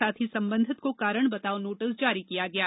साथ ही संबंधित को कारण बताओ नोटिस जारी किये गए हैं